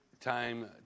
time